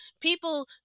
people